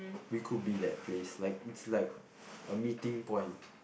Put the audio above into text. we could be that place like it's like a meeting point